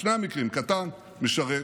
בשני המקרים קטן משרת.